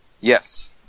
Yes